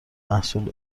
محصول